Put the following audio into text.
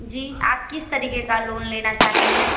जी आप किस तरीक़े का लोन लेना चाहती हैं